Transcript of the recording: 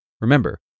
Remember